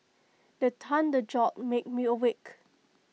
the thunder jolt me awake